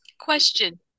Question